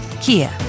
Kia